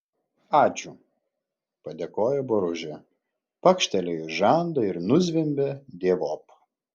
ačiū padėkojo boružė pakštelėjo į žandą ir nuzvimbė dievop